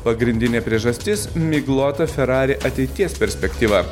pagrindinė priežastis miglota ferrari ateities perspektyva